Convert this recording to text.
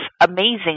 amazing